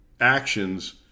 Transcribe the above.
actions